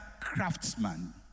craftsman